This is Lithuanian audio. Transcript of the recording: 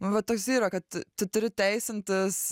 nu va toks yra kad tu turi teisintis